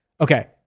Okay